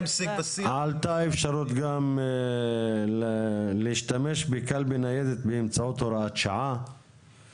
עלתה אפשרות גם להשתמש בקלפי ניידת באמצעות הוראת שעה